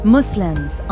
Muslims